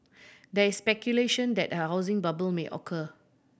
there is speculation that a housing bubble may occur